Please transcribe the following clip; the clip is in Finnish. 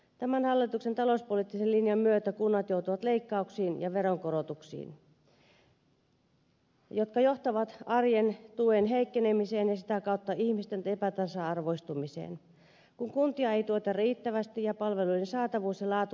tämän hallituksen talouspoliittisen linjan myötä kunnat joutuvat leikkauksiin ja veronkorotuksiin jotka johtavat arjen tuen heikkenemiseen ja sitä kautta ihmisten epätasa arvoistumiseen kun kuntia ei tueta riittävästi ja palveluiden saatavuus ja laatu laskevat